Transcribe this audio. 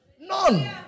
None